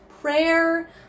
prayer